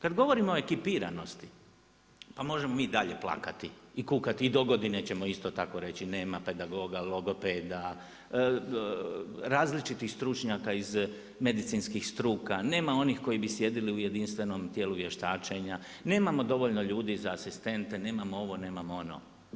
Kad govorimo o ekipiranosti, možemo mi i dalje plakati i kukati, i dogodine ćemo isto tako reći nema pedagoga, logopeda, različitih stručnjaka iz medicinskih struka, nema onih koji bi sjedili u jedinstvenom tijelu vještačenja, nemamo dovoljno ljudi za asistente, nemamo ovo, nemao ono.